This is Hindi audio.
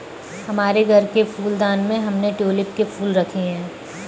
हमारे घर के फूलदान में हमने ट्यूलिप के फूल रखे हैं